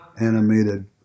animated